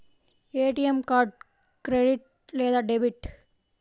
ATM card credit లేదా debit?